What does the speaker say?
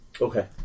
Okay